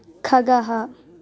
खगः